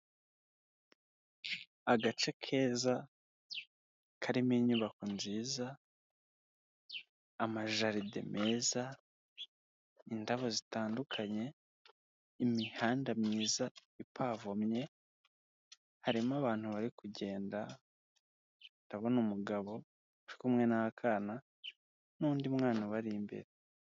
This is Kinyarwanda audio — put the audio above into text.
Agace keza karimo inyubako nziza ama jardin meza, indabo zitandukanye, imihanda myiza ipavomye harimo abantu bari kugenda. Ndabona umugabo uri kumwe n'akana n'undi mwana ubari imbere.